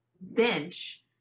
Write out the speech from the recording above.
bench